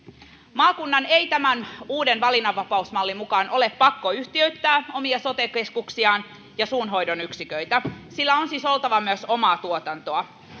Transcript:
maakunnan ei tämän uuden valinnanvapausmallin mukaan ole pakko yhtiöittää omia sote keskuksiaan ja suunhoidon yksiköitä sillä on siis oltava myös omaa tuotantoa